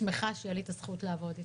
שמחה שהיה לי את הזכות לעבוד איתך.